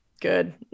good